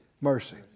Mercy